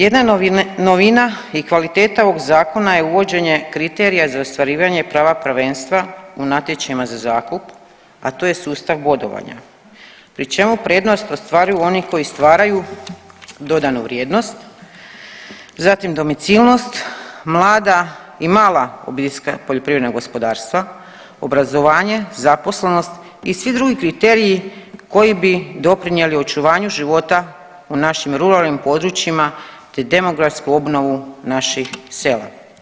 Jedna novina i kvaliteta ovog zakona je uvođenje kriterija za ostvarivanje prava prvenstva u natječajima za zakup, a to je sustav bodovanja pri čemu prednost ostvaruju oni koji stvaraju dodanu vrijednost, zatim domicilnost, mlada i mala OPG-a, obrazovanje, zaposlenost i svi drugi kriteriji koji bi doprinijeli očuvanju života u našim ruralnim područjima te demografsku obnovu naših sela.